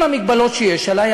עם המגבלות שיש עלי,